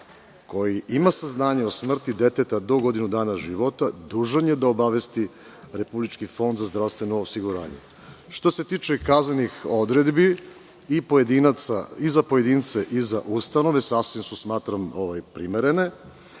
koji ima saznanja o smrti deteta do godine dana života, dužan je da obavesti Republički fond za zdravstveno osiguranje. Što se tiče kaznenih odredbi i za pojedince i za ustanove smatram da su sasvim primerene.